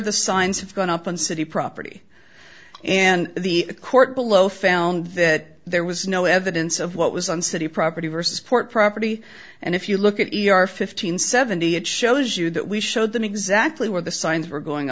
the signs have gone up on city property and the court below found that there was no evidence of what was on city property versus port property and if you look at the fifteen seventy it shows you that we showed them exactly where the signs were going